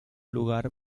lugar